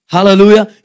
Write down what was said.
Hallelujah